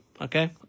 Okay